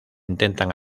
intentan